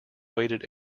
weighted